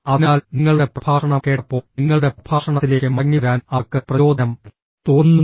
അതിനാൽ നിങ്ങളുടെ പ്രഭാഷണം കേട്ടപ്പോൾ നിങ്ങളുടെ പ്രഭാഷണത്തിലേക്ക് മടങ്ങിവരാൻ അവർക്ക് പ്രചോദനം തോന്നുന്നു